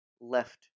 left